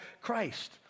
Christ